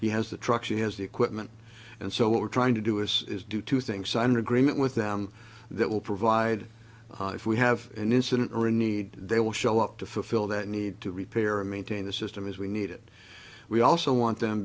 he has the trucks he has the equipment and so what we're trying to do is do two things sign an agreement with them that will provide if we have an incident or a need they will show up to fulfill that need to repair or maintain the system as we need it we also want them